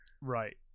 Right